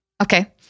Okay